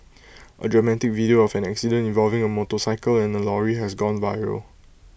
A dramatic video of an accident involving A motorcycle and A lorry has gone viral